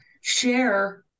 share